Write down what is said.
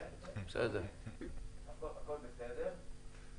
כן, הכול בסדר.